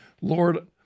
Lord